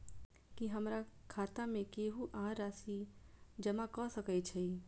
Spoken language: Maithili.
की हमरा खाता मे केहू आ राशि जमा कऽ सकय छई?